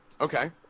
Okay